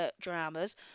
dramas